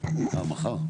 לכתוב פרק זמן הפעלה מצטבר,